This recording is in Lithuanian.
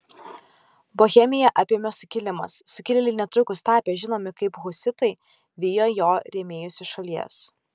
bohemiją apėmė sukilimas sukilėliai netrukus tapę žinomi kaip husitai vijo jo rėmėjus iš šalies